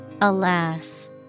Alas